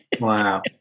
Wow